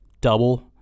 double